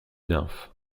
nymphes